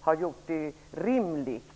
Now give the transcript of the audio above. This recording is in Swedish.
har gjort det rimligt.